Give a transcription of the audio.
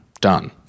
Done